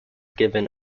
given